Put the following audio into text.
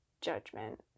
judgment